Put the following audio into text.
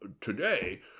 today